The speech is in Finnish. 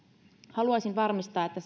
haluaisin varmistaa että